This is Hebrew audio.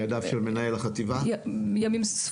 עבדנו למעשה למעלה משנה יחד עם מבקר